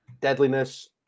deadliness